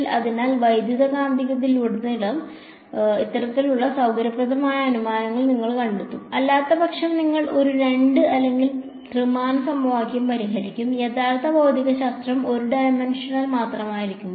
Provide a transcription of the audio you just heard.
അതിനാൽ വൈദ്യുതകാന്തികതയിലുടനീളം ഇത്തരത്തിലുള്ള സൌകര്യപ്രദമായ അനുമാനങ്ങൾ നിങ്ങൾ കണ്ടെത്തും അല്ലാത്തപക്ഷം നിങ്ങൾ ഒരു 2 അല്ലെങ്കിൽ 3 മാന സമവാക്യം പരിഹരിക്കും യഥാർത്ഥ ഭൌതികശാസ്ത്രം 1 ഡൈമൻഷണൽ മാത്രമായിരിക്കുമ്പോൾ